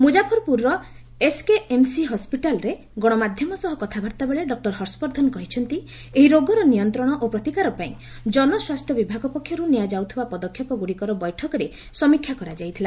ମୁକ୍କାଫର୍ପୁର୍ର SKMC ହସ୍ୱିଟାଲ୍ଠାରେ ଗଣମାଧ୍ୟମ ସହ କଥାବାର୍ତ୍ତାବେଳେ ଡକ୍ଟର ହର୍ଷବର୍ଦ୍ଧନ କହିଛନ୍ତି ଏହି ରୋଗର ନିୟନ୍ତ୍ରଣ ଓ ପ୍ରତିକାର ପାଇଁ ଜନସ୍ୱାସ୍ଥ୍ୟ ବିଭାଗ ପକ୍ଷରୁ ନିଆଯାଉଥିବା ପଦକ୍ଷେପଗୁଡ଼ିକର ବୈଠକରେ ସମୀକ୍ଷା କରାଯାଇଥିଲା